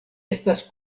estas